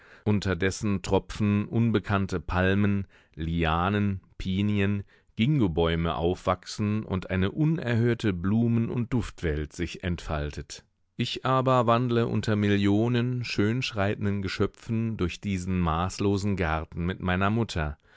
dessen tropfen unbekannte palmen lianen pinien gingobäume aufwachsen und eine unerhörte blumen und duftwelt sich entfaltet ich aber wandle unter millionen schönschreitenden geschöpfen durch diesen maßlosen garten mit meiner mutter